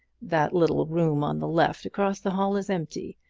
that little room on the left, across the hall, is empty.